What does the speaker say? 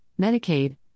Medicaid